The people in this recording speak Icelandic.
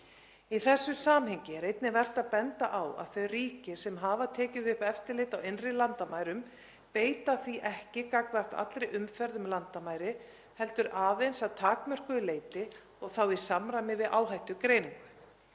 Í þessu samhengi er einnig vert að benda á að þau ríki sem hafa tekið upp eftirlit á innri landamærum beita því ekki gagnvart allri umferð um landamæri heldur aðeins að takmörkuðu leyti og þá í samræmi við áhættugreiningu,